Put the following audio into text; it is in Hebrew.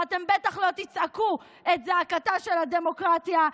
ואתם בטח לא תצעקו את זעקתה של הדמוקרטיה,